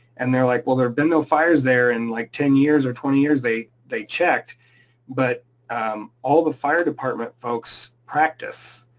and they're like, well there have been no fires there in like ten years or twenty years. they they checked but all the fire department folks practice.